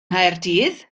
nghaerdydd